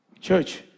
Church